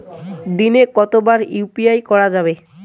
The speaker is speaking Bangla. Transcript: দিনে কতবার ইউ.পি.আই করা যাবে?